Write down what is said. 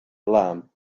alarm